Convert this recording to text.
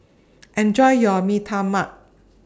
Enjoy your Mee Tai Mak